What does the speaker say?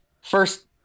First